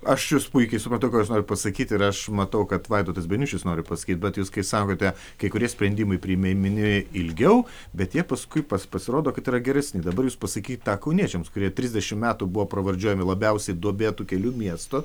aš jus puikiai supratau ką aš noriu pasakyti ir aš matau kad vaidotas beniušis noriu pasakyti bet jūs kai sakote kai kurie sprendimai priiminimi ilgiau bet jie paskui pasirodo kad yra geresni dabar pasakyti tą kauniečiams kurie trisdešimt metų buvo pravardžiuojami labiausiai duobėtu kelių miestu